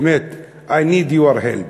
באמת: I need your help.